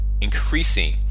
increasing